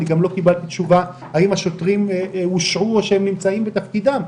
גם לא קיבלתי תשובה האם השוטרים הושעו או האם הם נמצאים בתפקידם.